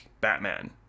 Batman